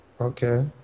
Okay